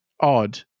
odd